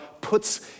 puts